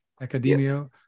Academia